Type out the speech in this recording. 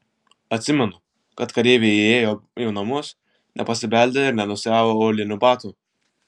atsimenu kad kareiviai įėjo į namus nepasibeldę ir nenusiavę aulinių batų